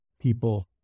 people